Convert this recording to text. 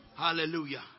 Hallelujah